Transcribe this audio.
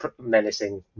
menacing